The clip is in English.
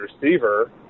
receiver